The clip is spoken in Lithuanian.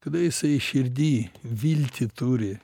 kada jisai širdy viltį turi